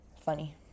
Funny